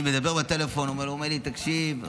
אני מדבר בטלפון והוא אומר: תקשיב,